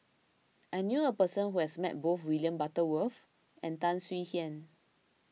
I knew a person who has met both William Butterworth and Tan Swie Hian